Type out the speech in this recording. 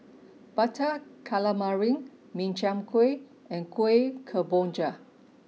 Butter Calamari Min Chiang Kueh and Kuih Kemboja